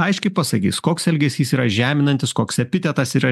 aiškiai pasakys koks elgesys yra žeminantis koks epitetas yra